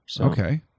okay